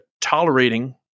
tolerating